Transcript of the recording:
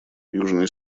южный